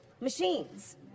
machines